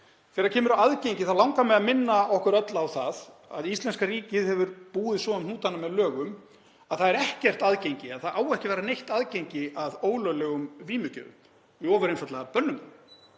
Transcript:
Þegar kemur að aðgengi þá langar mig að minna okkur öll á það að íslenska ríkið hefur búið svo um hnútana með lögum að það er ekki, það á ekki að vera neitt aðgengi að ólöglegum vímugjöfum. Við bönnum